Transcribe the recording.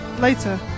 Later